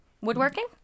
Woodworking